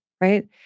right